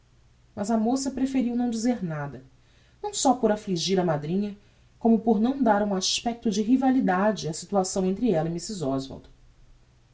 mas a moça preferiu não dizer nada não só por não affligir a madrinha como por não dar um aspecto de rivalidade á situação entre ella e mrs oswald